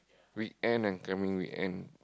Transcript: weekend and coming weekend